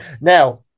now